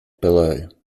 below